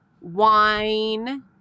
wine